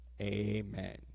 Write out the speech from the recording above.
amen